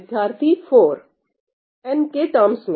विद्यार्थी 4 n के terms में